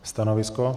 Stanovisko?